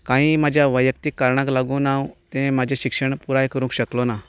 काही म्हज्या वैयक्तीक कारणांक लागून हांव तें म्हजें शिक्षण पुराय करूंक शकलो ना